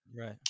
Right